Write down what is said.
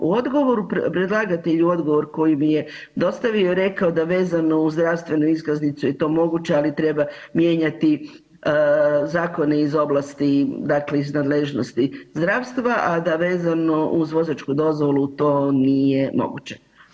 U odgovoru, predlagatelj u odgovor koji mi je dostavio je rekao da vezano uz zdravstvenu iskaznicu je to moguće, ali treba mijenjati zakone iz oblasti, dakle iz nadležnosti zdravstva, a da vezano uz vozačku dozvolu to nije moguće.